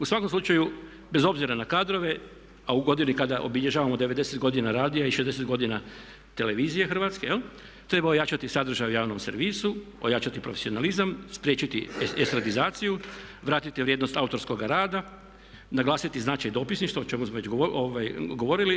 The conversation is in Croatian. U svakom slučaju bez obzira na kadrove a u godini kada obilježavamo 90 godina radija i 60 godina televizije Hrvatske treba ojačati sadržaj u javnom servisu, ojačati profesionalizam, spriječiti estradizaciju, vratiti vrijednost autorskog rada, naglasiti značaj dopisništva u čemu smo već govorili.